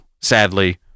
sadly